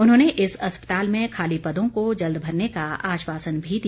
उन्होंने इस अस्पताल में खाली पदों को जल्द भरने का आश्वासन भी दिया